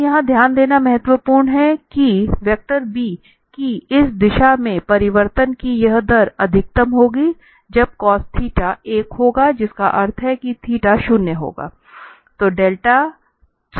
अब यहां ध्यान देना महत्वपूर्ण है कि वेक्टर बी की इस दिशा में परिवर्तन की यह दर अधिकतम होगी जब cos θ एक होगा जिसका अर्थ है कि θ शून्य होगा